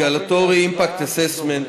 Regulatory Impact Assessment,